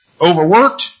overworked